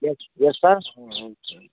yes yes sir